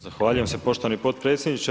Zahvaljujem se poštovani potpredsjedniče.